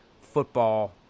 football